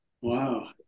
Wow